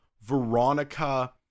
Veronica